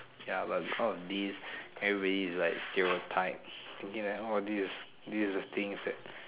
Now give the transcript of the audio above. ya but all of this everybody is like stereotype thinking that orh this is this is the things that